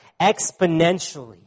exponentially